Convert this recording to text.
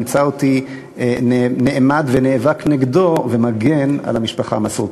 ימצא אותי נעמד ונאבק נגדו ומגן על המשפחה המסורתית.